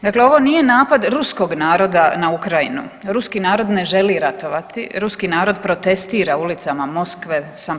Dakle, ovo nije napad ruskog naroda na Ukrajinu, ruski narod ne želi ratovati, ruski narod protestira ulicama Moskve, St.